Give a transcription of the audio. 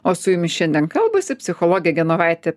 o su jumis šiandien kalbasi psichologė genovaitė